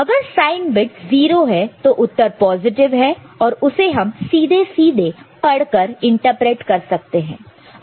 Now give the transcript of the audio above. अगर sign bit 0 है तो उत्तर पॉजिटिव है और उसे हम सीधे सीधे पढ़कर इंटरप्रेट कर सकते हैं